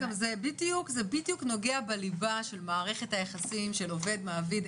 זה בדיוק נוגעה בליבה של מערכת היחסים של עובד-מעביד.